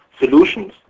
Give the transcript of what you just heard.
solutions